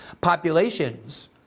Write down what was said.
populations